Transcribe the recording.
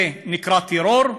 זה נקרא טרור?